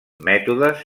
mètodes